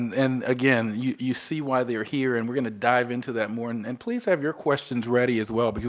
and, again, you you see why they're here, and we're going to dive into that more, and and please have your questions ready, as well. but